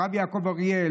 הרב יעקב אריאל,